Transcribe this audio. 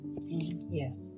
Yes